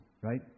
right